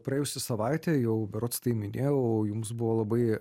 praėjusi savaitė jau berods tai minėjau jums buvo labai